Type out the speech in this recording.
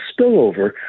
spillover